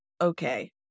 okay